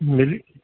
मिली